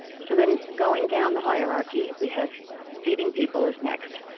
so then going down the hierarchy, we have feeding people is next.